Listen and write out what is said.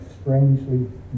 strangely